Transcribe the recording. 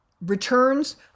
returns